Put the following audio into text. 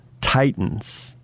Titans